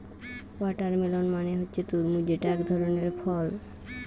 watermelon মানে হচ্ছে তরমুজ যেটা একধরনের ফল